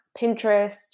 Pinterest